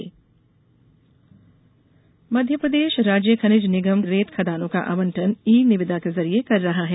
रेत खनन मध्यप्रदेश राज्य खनिज निगम ने रेत खदानों का आवंटन ई निविदा के जरिए कर रहा है